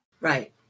Right